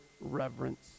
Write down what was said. reverence